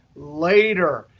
later,